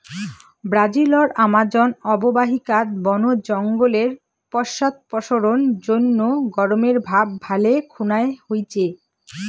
ব্রাজিলর আমাজন অববাহিকাত বন জঙ্গলের পশ্চাদপসরণ জইন্যে গরমের ভাব ভালে খুনায় হইচে